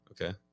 okay